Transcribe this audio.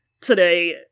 today